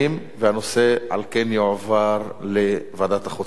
על כן, הנושא יועבר לוועדת החוץ והביטחון.